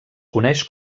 coneix